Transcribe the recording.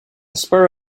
spur